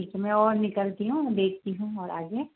ठीक है मैं और निकलती हूँ देखती हूँ और आगे